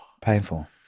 painful